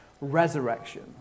resurrection